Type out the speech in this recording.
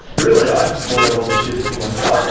really, i wanted all the chips for myself,